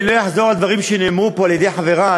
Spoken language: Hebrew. אני לא אחזור על דברים שנאמרו פה על-ידי חברי,